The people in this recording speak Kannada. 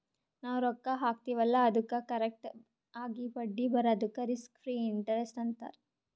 ನಾವ್ ರೊಕ್ಕಾ ಹಾಕ್ತಿವ್ ಅಲ್ಲಾ ಅದ್ದುಕ್ ಕರೆಕ್ಟ್ ಆಗಿ ಬಡ್ಡಿ ಬರದುಕ್ ರಿಸ್ಕ್ ಫ್ರೀ ಇಂಟರೆಸ್ಟ್ ಅಂತಾರ್